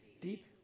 deep